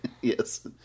Yes